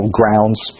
grounds